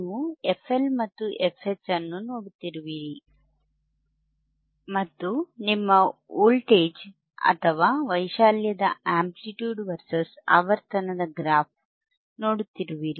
ನೀವು FL ಮತ್ತು FH ಅನ್ನು ನೋಡುತ್ತಿರುವಿರಿ ಮತ್ತು ನಿಮ್ಮ ವೋಲ್ಟೇಜ್ ಅಥವಾ ವೈಶಾಲ್ಯದ ಅಂಪ್ಲಿಟ್ಯೂಡ್Vs ಆವರ್ತನದ ಗ್ರಾಫ್ ನೋಡುತ್ತಿರುವಿರಿ